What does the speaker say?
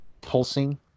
pulsing